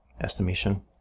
estimation